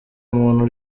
muntu